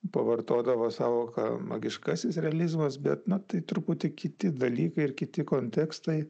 pavartodavo sąvoką magiškasis realizmas bet na tai truputį kiti dalykai ir kiti kontekstai